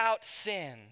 sin